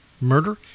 murder